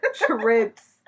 trips